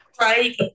Right